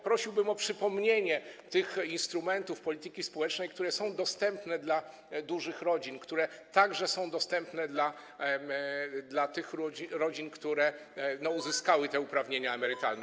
Prosiłbym o przypomnienie tych instrumentów polityki społecznej, które są dostępne dla dużych rodzin, które także są dostępne dla tych rodzin, które uzyskały te uprawnienia emerytalne.